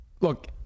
look